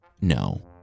no